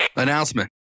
announcement